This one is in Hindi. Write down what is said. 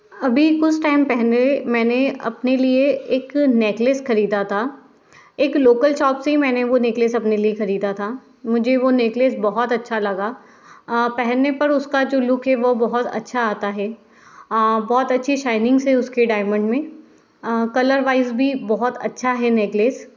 अभी कुछ टाइम पहले मैंने अपने लिए एक नेकलेस खरीदा था एक लोकल शॉप से ही मैंने वो नेकलेस अपने लिए खरीदा था मुझे वो नेकलेस बहुत अच्छा लगा पहनने पर उसका जो लुक है वो बहुत अच्छा आता है बहुत अच्छी शाइनिंग्स है उसके डायमंड में कलर वाइज़ भी बहुत अच्छा है नेकलेस